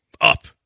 up